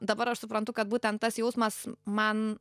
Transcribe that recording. dabar aš suprantu kad būtent tas jausmas man